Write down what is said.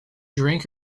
drink